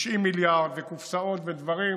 90 מיליארד וקופסאות ודברים,